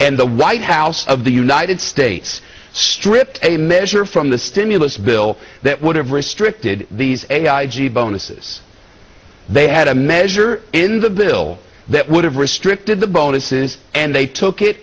and the white house of the united states stripped a measure from the stimulus bill that would have restricted these bonuses they had a measure in the bill that would have restricted the bonuses and they took it